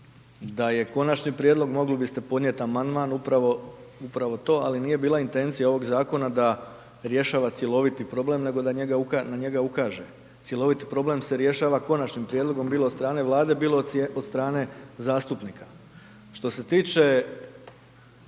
da je konačni prijedlog mogli biste podnijeti amandman upravo, upravo to, ali nije bila intencija ovog zakona da rješava cjeloviti problem nego da na njega ukaže. Cjeloviti problem se rješava konačnim prijedlogom, bilo od strane Vlade, bilo od strane zastupnika. Što se tiče